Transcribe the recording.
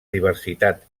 diversitat